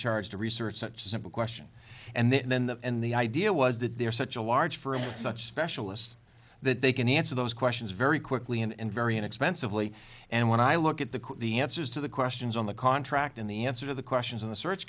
charged to research such a simple question and then and the idea was that there are such a large firms such specialist that they can answer those questions very quickly and very inexpensively and when i look at the the answers to the questions on the contract and the answer the questions in the search